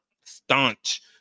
staunch